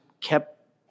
kept